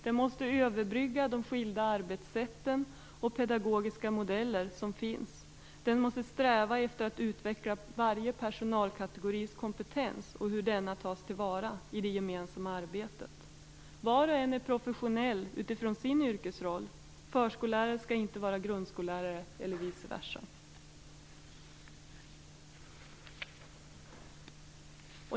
Den måste överbrygga de skilda arbetssätt och pedagogiska modeller som finns. Den måste sträva efter att utveckla och ta till vara varje personalkategoris kompetens i det gemensamma arbetet. Var och en är professionell utifrån sin yrkesroll. Förskolläraren skall inte vara grundskollärare eller vice versa.